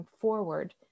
forward